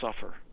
suffer